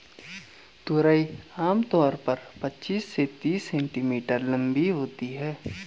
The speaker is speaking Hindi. तुरई आम तौर पर पचीस से तीस सेंटीमीटर लम्बी होती है